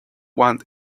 want